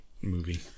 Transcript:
movie